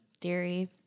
Theory